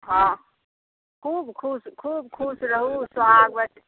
हॅं खुब खुश खुब खुश रहू खुब सोहागवती रहू